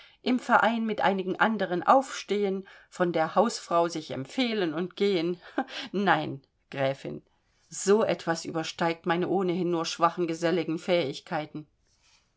im verein mit einigen anderen aufstehen von der hausfrau sich empfehlen und gehen nein gräfin so etwas übersteigt meine ohnehin nur schwachen geselligen fähigkeiten